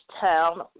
town